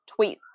tweets